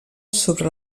sobre